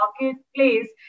marketplace